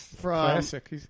classic